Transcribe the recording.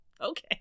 Okay